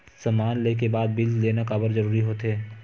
समान ले के बाद बिल लेना काबर जरूरी होथे?